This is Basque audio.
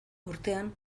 urtean